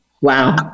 Wow